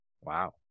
Wow